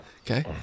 Okay